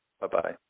Bye-bye